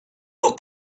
the